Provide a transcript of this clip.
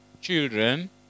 children